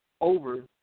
over